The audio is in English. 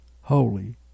holy